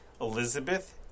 Elizabeth